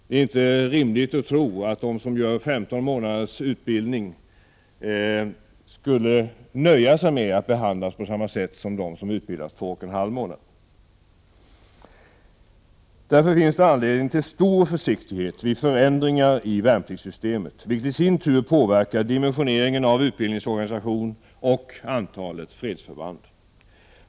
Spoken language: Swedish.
Det är inte rimligt att tro att de som genomgår 15 månaders utbildning skall nöja sig med att behandlas på samma sätt som de som utbildas 2,5 månader. Därför finns det anledning till stor försiktighet vid förändringar i värnpliktssystemet, vilket i sin tur påverkar dimensioneringen av utbildningsorganisationen och antalet fredsförband.